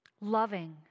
loving